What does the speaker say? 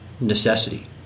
necessity